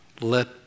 let